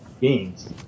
games